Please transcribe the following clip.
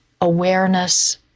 awareness